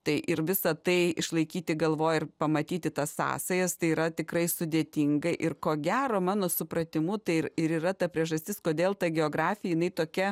tai ir visa tai išlaikyti galvoj ir pamatyti tas sąsajas tai yra tikrai sudėtinga ir ko gero mano supratimu tai ir ir yra ta priežastis kodėl ta geografija jinai tokia